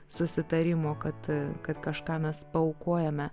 susitarimo kad kad kažką mes paaukojame